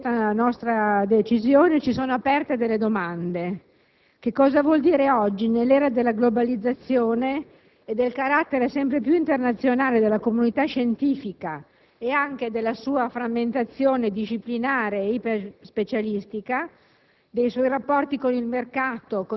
significa sapere che dietro questa nostra decisione ci sono delle domande aperte: nell'era della globalizzazione e del carattere sempre più internazionale della comunità scientifica e anche della sua frammentazione disciplinare iperspecialistica,